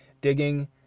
digging